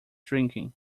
drinking